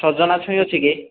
ସଜନା ଛୁଇଁ ଅଛି କି